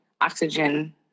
oxygen